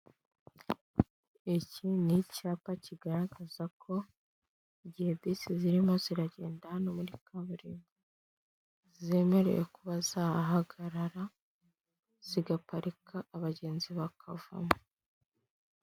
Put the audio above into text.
Iki ni icyapa kigaragaza ko igihe bisi zirimo ziragenda hano muri kaburimbo zemerewe kuba zahagarara, zigaparika, abagenzi bakavamo.